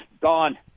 gone